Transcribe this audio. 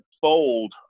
fold